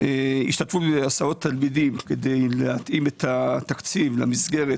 השתתפות בהסעות תלמידים כדי להתאים את התקציב למסגרת,